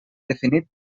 definit